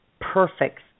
Perfect